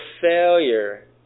failure